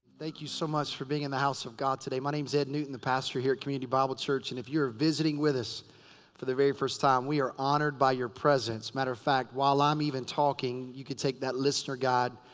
thank you so much for being in the house of god today. my name's ed newton, the pastor here at community bible church. and if you're visiting with us for the very first time, we are honored by your presence. matter of fact, while i'm even talking you can take that listener guide.